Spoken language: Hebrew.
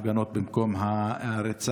הפגנות במקום הרצח,